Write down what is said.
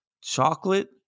chocolate